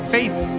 Faith